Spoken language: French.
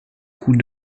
coup